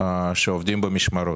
שעובדים במשמרות.